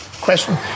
question